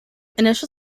initial